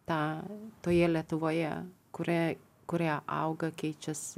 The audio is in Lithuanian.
tą toje lietuvoje kurioje kurioje auga keičiasi